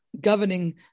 governing